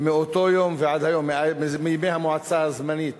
ומאותו יום ועד היום, מימי המועצה הזמנית